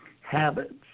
habits